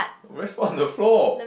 I always put on the floor